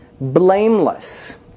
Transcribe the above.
blameless